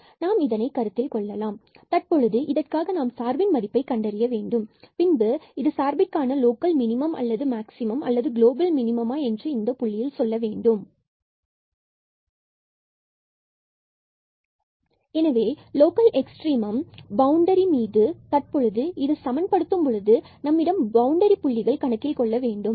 எனவே நாம் இதை கருத்தில் கொள்ளலாம் தற்பொழுது இதற்காக நாம் சார்பின் மதிப்பை கண்டறிய வேண்டும் பின்பு இது சார்பிற்க்கான லோக்கல் மினிமம் அல்லது மேக்சிமம் அல்லது கிலோபல் மினிமா இந்த புள்ளியில் என்று சொல்ல வேண்டும் எனவே லோக்கல் எக்ஸ்ட்ரீமம் பவுண்டரி 2220மீது தற்பொழுது இது சமன் படுத்தும் பொழுது நாம் பவுண்டரி புள்ளிகள் கணக்கில் கொள்ள வேண்டும்